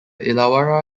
illawarra